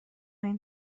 این